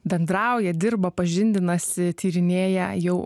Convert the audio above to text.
bendrauja dirba pažindinasi tyrinėja jau